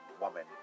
woman